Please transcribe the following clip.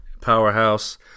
powerhouse